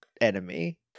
enemy